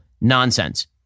nonsense